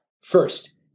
First